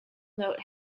note